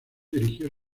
dirigió